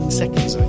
seconds